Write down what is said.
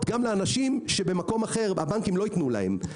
גם לאנשים שבמקום אחר הבנקים לא ייתנו להם.